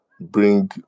bring